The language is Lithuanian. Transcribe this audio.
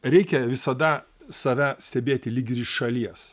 reikia visada save stebėti lyg ir iš šalies